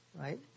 right